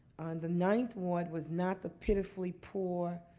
the ninth ward was not the pitifully poor